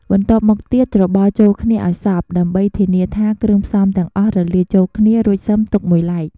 បន្ទាប់មកទៀត ច្របល់ចូលគ្នាឱ្យសព្វ ដើម្បីធានាថាគ្រឿងផ្សំទាំងអស់រលាយចូលគ្នា រួចសិមទុកមួយឡែក។